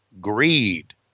greed